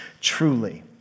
truly